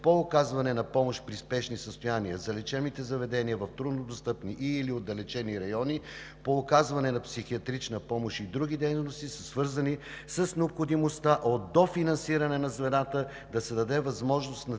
по оказване на помощ при спешни състояния за лечебните заведения в трудно достъпни и/или отдалечени райони по оказване на психиатрична помощ и други дейности, са свързани с необходимостта от дофинансиране на звената, да се даде възможност на